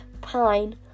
pine